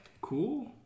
cool